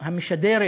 שמשדרת